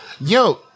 Yo